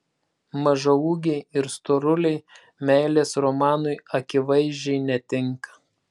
mažaūgiai ir storuliai meilės romanui akivaizdžiai netinka